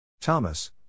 Thomas